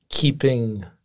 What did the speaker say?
keeping